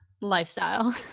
lifestyle